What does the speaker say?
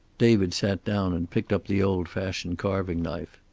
david sat down and picked up the old fashioned carving knife.